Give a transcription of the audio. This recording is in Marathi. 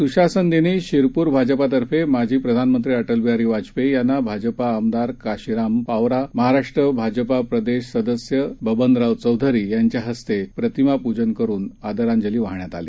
स्शासनदिनीशिरपूरभाजपातर्फेमाजीप्रधानमंत्रीअटलबिहारीवाजपेयीयांनाभाजपाआम दारकाशिरामपावरा महाराष्ट्रभाजपाप्रदेशसदस्यबबनरावचौधरीयांच्याहस्तेप्रतिमाप्जनकरुनआदरांजलीवाहाण्यात आली